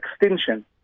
extinction